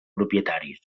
propietaris